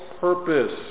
purpose